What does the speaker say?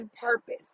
purpose